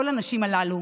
כל הנשים הללו